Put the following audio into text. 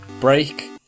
Break